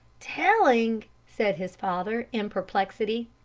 telling? said his father, in perplexity.